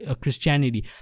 christianity